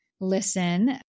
listen